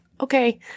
okay